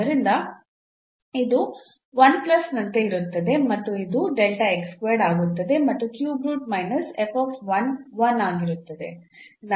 ಆದ್ದರಿಂದ ಇದು 1 ಪ್ಲಸ್ನಂತೆ ಇರುತ್ತದೆ ಮತ್ತು ಇದು ಆಗುತ್ತದೆ ಮತ್ತು ಕ್ಯೂಬ್ ರೂಟ್ ಮೈನಸ್ 1 ಆಗಿರುತ್ತದೆ